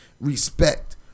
respect